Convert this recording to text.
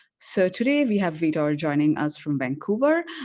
so, today we have vitor joining us from vancouver,